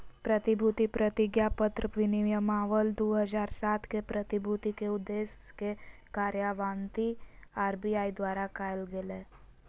प्रतिभूति प्रतिज्ञापत्र विनियमावली दू हज़ार सात के, प्रतिभूति के उद्देश्य के कार्यान्वित आर.बी.आई द्वारा कायल गेलय